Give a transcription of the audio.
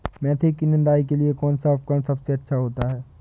मेथी की निदाई के लिए कौन सा उपकरण सबसे अच्छा होता है?